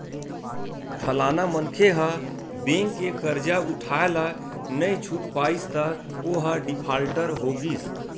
फलाना मनखे ह बेंक के करजा उठाय ल नइ छूट पाइस त ओहा डिफाल्टर हो गिस